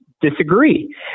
disagree